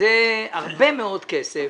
שזה הרבה מאוד כסף